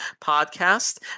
podcast